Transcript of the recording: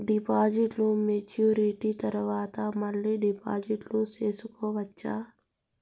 డిపాజిట్లు మెచ్యూరిటీ తర్వాత మళ్ళీ డిపాజిట్లు సేసుకోవచ్చా?